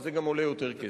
אז זה גם עולה יותר כסף.